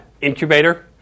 incubator